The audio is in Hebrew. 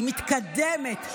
היא מתקדמת.